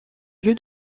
lieu